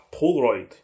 Polaroid